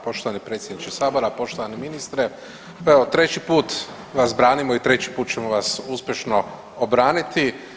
Poštovani predsjedniče sabora, poštovani ministre, koji je ovo, treći put vas branimo i treći put ćemo vas uspješno obraniti.